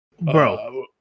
bro